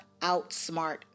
outsmart